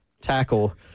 tackle